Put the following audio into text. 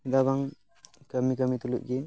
ᱪᱮᱫᱟᱜ ᱵᱟᱝ ᱠᱟᱹᱢᱤ ᱠᱟᱹᱢᱤ ᱛᱩᱞᱩᱡ ᱜᱮ